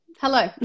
Hello